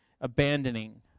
abandoning